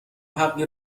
حقی